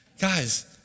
guys